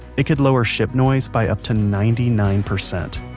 it could lower ship noise by up to ninety nine percent.